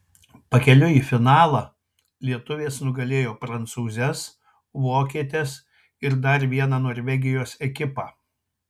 pakeliui į finalą lietuvės nugalėjo prancūzes vokietes ir dar vieną norvegijos ekipą